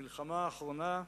במלחמה האחרונה,